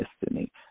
destiny